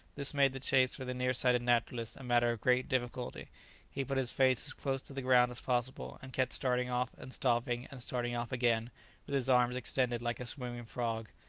this made the chase for the near-sighted naturalist a matter of great difficulty he put his face as close to the ground as possible, and kept starting off and stopping and starting off again with his arms extended like a swimming frog,